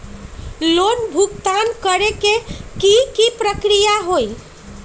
Loan भुगतान करे के की की प्रक्रिया होई?